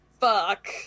fuck